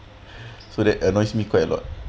so that annoys me quite a lot